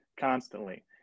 constantly